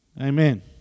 Amen